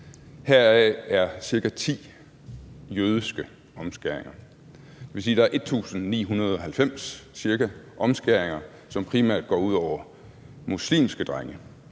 Heraf er cirka ti omskæringer jødiske. Det vil sige, at der er cirka 1.990 omskæringer, som primært går ud over muslimske drenge.